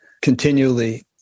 continually